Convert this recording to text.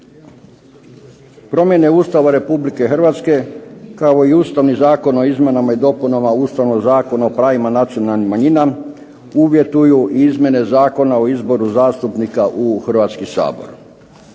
Promjene Ustava Republike Hrvatske, kao i Ustavni zakon o izmjenama i dopunama Ustavnog zakona o pravima nacionalnih manjina uvjetuju izmjene Zakona o izboru zastupnika u Hrvatski sabor.